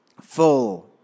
full